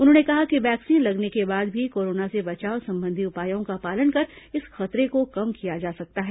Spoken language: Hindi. उन्होंने कहा कि वैक्सीन लगने के बाद भी कोरोना से बचाव संबंधी उपायों का पालन कर इस खतरे को कम किया जा सकता है